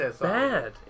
bad